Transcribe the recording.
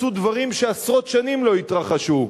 כאן עשו דברים שעשרות שנים לא התרחשו.